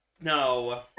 No